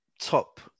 top